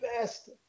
Best